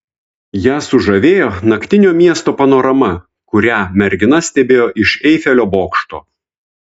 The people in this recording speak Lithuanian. ją sužavėjo naktinio miesto panorama kurią mergina stebėjo iš eifelio bokšto